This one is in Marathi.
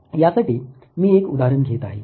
यासाठी मी एक उदाहरण घेत आहे